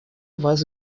вас